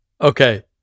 Okay